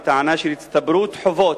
בטענה של הצטברות חובות.